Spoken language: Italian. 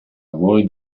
voi